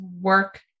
work